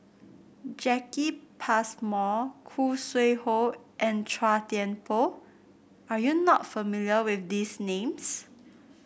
Jacki Passmore Khoo Sui Hoe and Chua Thian Poh are you not familiar with these names